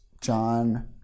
John